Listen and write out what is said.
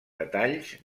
detalls